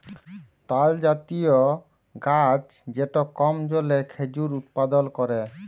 তালজাতীয় গাহাচ যেট কম জলে খেজুর উৎপাদল ক্যরে